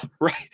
Right